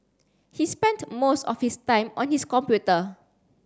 he spent most of his time on his computer